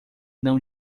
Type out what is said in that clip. não